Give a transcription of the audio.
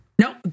No